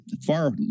far